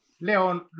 Leon